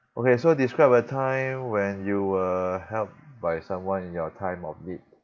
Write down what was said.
okay so describe a time when you were helped by someone in your time of need